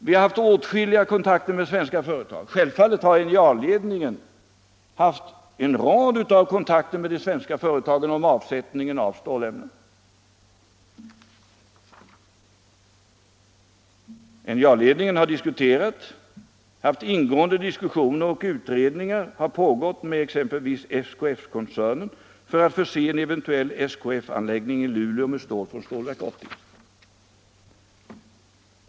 Vi har haft åtskilliga kontakter med svenska företag. Självfallet har NJA-ledningen haft en rad kontakter med de svenska företagen om avsättningen av stålämnen. NJA-ledningen har haft ingående diskussioner — och utredningar har pågått — med exempelvis SKF-koncernen om att förse en eventuell SKF-anläggning i Luleå med stål från Stålverk 80.